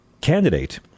candidate